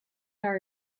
our